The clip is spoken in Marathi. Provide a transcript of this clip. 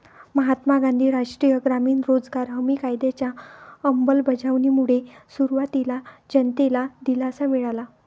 महात्मा गांधी राष्ट्रीय ग्रामीण रोजगार हमी कायद्याच्या अंमलबजावणीमुळे सुरुवातीला जनतेला दिलासा मिळाला